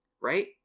Right